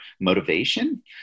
motivation